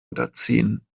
unterziehen